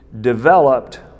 developed